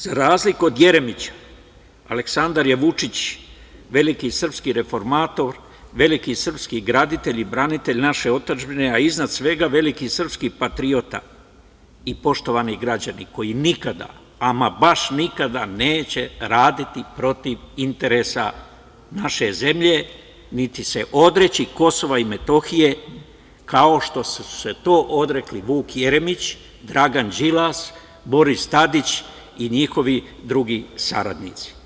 Za razliku od Jeremića, Aleksandar Vučić je veliki srpski reformator, veliki srpski graditelj i branitelj naše otadžbine, a iznad svega veliki srpski patriota i, poštovani građani, koji nikada, ama baš nikada, neće raditi protiv interesa naše zemlje, niti se odreći Kosova i Metohije, kao što su ga se odrekli Vuk Jeremić, Dragan Đilas, Boris Tadić i njihovi drugi saradnici.